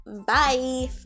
bye